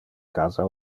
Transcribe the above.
casa